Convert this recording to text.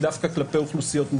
ודווקא העלבונות הכי קשים שספגתי היו